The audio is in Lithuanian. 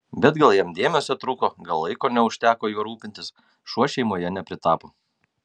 bet gal jam dėmesio trūko gal laiko neužteko juo rūpintis šuo šeimoje nepritapo